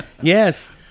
Yes